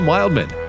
Wildman